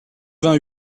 vingt